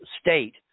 state